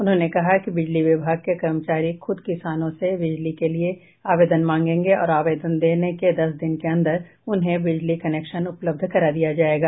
उन्होंने कहा कि बिजली विभाग के कर्मचारी खुद किसानों से बिजली के लिए आवेदन मांगेंगे और आवेदन देने के दस दिन के अंदर उन्हे बिजली कनेक्शन उपलब्ध करा दिया जायेगा